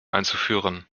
einzuführen